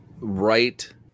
right